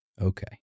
Okay